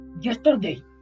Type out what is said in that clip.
yesterday